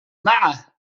معه